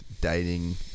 dating